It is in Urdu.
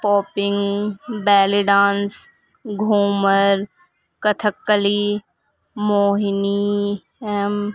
popping belly dance Ghoomar Kathakali موہنی ایم